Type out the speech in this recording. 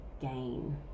gain